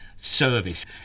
Service